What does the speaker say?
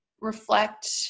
reflect